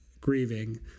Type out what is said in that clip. grieving